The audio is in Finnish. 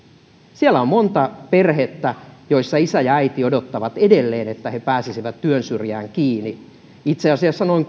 siellä on monta perhettä joissa isä ja äiti odottavat edelleen että he pääsisivät työn syrjään kiinni itse asiassa noin